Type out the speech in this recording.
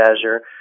Azure